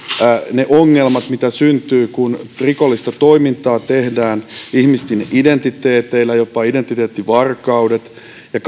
ne ongelmat mitä syntyy kun rikollista toimintaa tehdään ihmisten identiteeteillä jopa identiteettivarkaudet ja